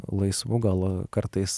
laisvu gal kartais